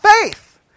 faith